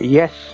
yes